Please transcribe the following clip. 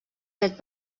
fet